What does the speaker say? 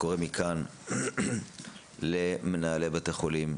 וקורא מכאן למנהלי בתי חולים: